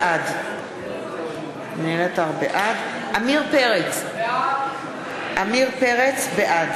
בעד עמיר פרץ, בעד